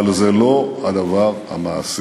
אבל זה לא הדבר המעשי.